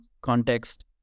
context